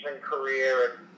career